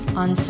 on